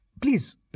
Please